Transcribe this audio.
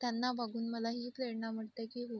त्यांना बघून मला ही प्रेरणा मिळते की हो